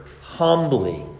humbly